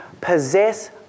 possess